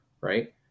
Right